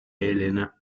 elena